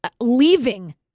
leaving